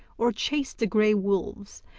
or chased the grey wolves,